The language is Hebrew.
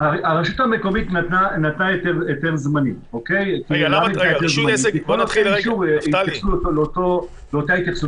הרשות המקומית נתנה היתר זמני --- נתנו אותה התייחסות,